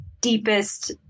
deepest